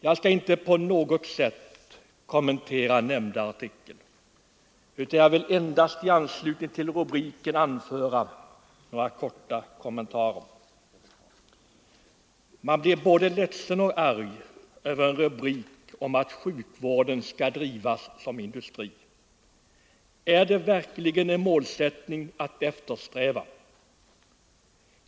Jag skall inte på något sätt kommentera nämnda artikel, utan jag vill endast i anslutning till rubriken anföra några korta kommentarer. Man blir både ledsen och arg över en rubrik om att sjukvården skall drivas som industri. Är det verkligen en målsättning att eftersträva?